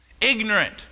Ignorant